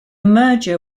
merger